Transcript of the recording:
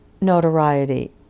notoriety